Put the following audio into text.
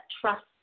trust